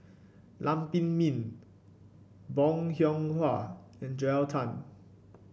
Lam Pin Min Bong Hiong Hwa and Joel Tan